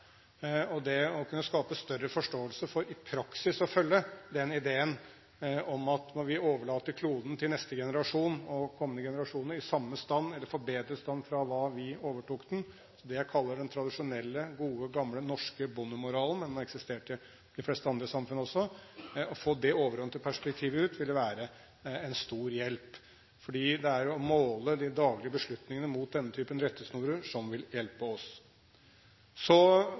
å kunne skape større forståelse for i praksis å følge ideen om at vi overlater kloden til neste generasjon og kommende generasjoner i samme stand eller i forbedret stand i forhold til hva den var da vi overtok den – det jeg kaller den tradisjonelle, gode, gamle, norske bondemoralen, som har eksistert i de fleste andre samfunn også. Å få det overordnede perspektivet ut ville være en stor hjelp, for det er jo å måle de daglige beslutningene mot denne type rettesnorer som vil hjelpe oss. Så